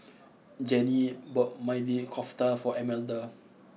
Janie bought Maili Kofta for Almeda